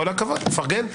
כל הכבוד, מפרגן.